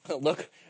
Look